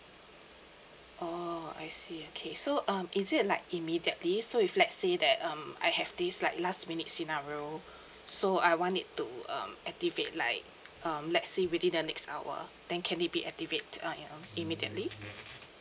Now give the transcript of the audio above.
orh I see okay so um is it like immediately so if let's say that um I have this like last minute scenario so I want it to um activate like um let's say within the next hour then can it be activated ah um immediately